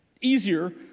easier